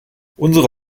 unsere